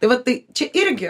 tai vat tai čia irgi